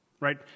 right